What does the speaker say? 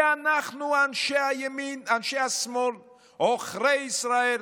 ואנחנו, אנשי השמאל, עוכרי ישראל.